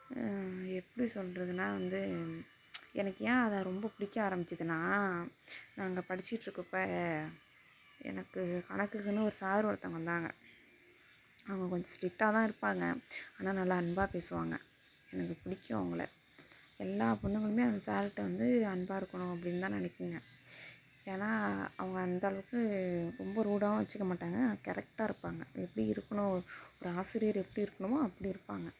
எப்படி சொல்கிறதுன்னா வந்து எனக்கு ஏன் அதை ரொம்ப பிடிக்க ஆரமிச்சிதுன்னால் நாங்கள் படிச்சிக்கிட்டிருக்கப்ப எனக்கு கணக்குக்குன்னு ஒரு சார் ஒருத்தவங்கள் வந்தாங்க அவங்க கொஞ்சம் ஸ்டிக்டாக தான் இருப்பாங்கள் ஆனால் நல்லா அன்பாக பேசுவாங்கள் எனக்கு பிடிக்கும் அவங்கள எல்லா பொண்ணுங்களுமே அந்த சாருகிட்ட வந்து அன்பாக இருக்கணும் அப்படின்தான் நினைக்குங்க ஏன்னா அவங்க அந்த அளவுக்கு ரொம்ப ரூடாவும் வச்சிக்க மாட்டாங்கள் ஆனால் கரெக்டாக இருப்பாங்கள் எப்படி இருக்கணும் ஒரு ஆசிரியர் எப்படி இருக்கணுமோ அப்படி இருப்பாங்கள்